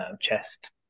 chest